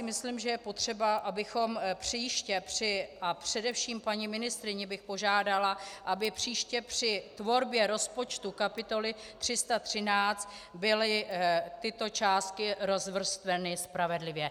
Myslím, že je potřeba, abychom příště a především paní ministryni bych požádala, aby příště při tvorbě rozpočtu kapitoly 313 byly tyto částky rozvrstveny spravedlivě.